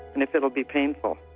and if it will be painful.